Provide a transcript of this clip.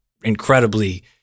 incredibly